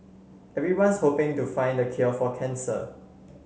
everyone's hoping to find the cure for cancer